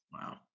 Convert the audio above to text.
Wow